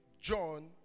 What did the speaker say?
John